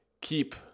keep